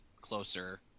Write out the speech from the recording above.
closer